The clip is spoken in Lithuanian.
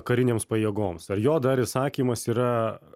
karinėms pajėgoms ar jo dar įsakymas yra